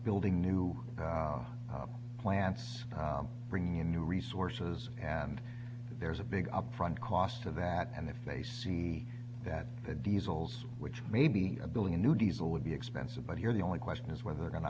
building new plants bringing in new resources and there's a big upfront cost to that and if they see that the diesels which may be a building a new diesel would be expensive but here the only question is whether they're going to